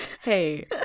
Hey